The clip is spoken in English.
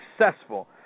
successful